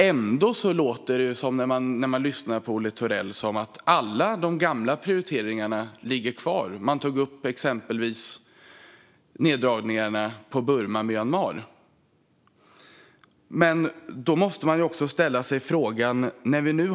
Ändå låter det när man lyssnar på Olle Thorell som att alla de gamla prioriteringarna ligger kvar. Han tog exempelvis upp neddragningarna på stödet till Burma/Myanmar.